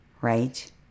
right